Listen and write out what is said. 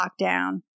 lockdown